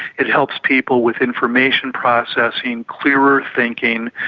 it helps people with information processing, clearer thinking,